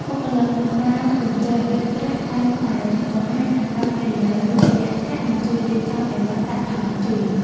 បុគ្គលិកនៅតាមបញ្ជរគិតប្រាក់តែងតែបង្ហាញអាកប្បកិរិយារួសរាយរាក់ទាក់និងជួយរៀបចំអីវ៉ាន់ដាក់ថង់ជូន។